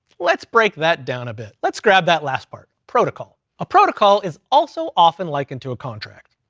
let's break that down bit. let's grab that last part, protocol. a protocol is also often likened to a contract.